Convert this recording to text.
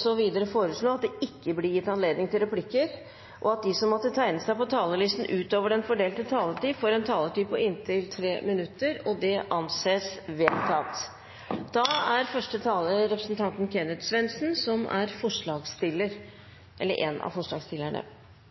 presidenten foreslå at det ikke blir gitt anledning til replikker, og at de som måtte tegne seg på talerlisten utover den fordelte taletid, får en taletid på inntil 3 minutter. – Det anses vedtatt. Dette er ikke et forslag for eller imot snøscooter. Den debatten bør vi ta i forbindelse med den nye motorferdselloven som